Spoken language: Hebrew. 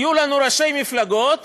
יהיו לנו ראשי מפלגות